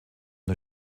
der